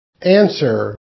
Answer